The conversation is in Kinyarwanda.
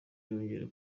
yongera